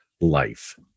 life